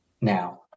now